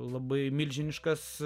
labai milžiniškas